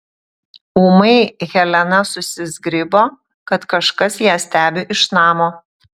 ūmai helena susizgribo kad kažkas ją stebi iš namo